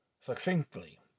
succinctly